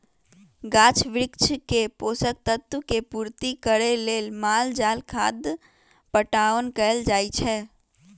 गाछ वृक्ष के पोषक तत्व के पूर्ति करे लेल माल जाल खाद पटाओन कएल जाए छै